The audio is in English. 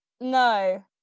no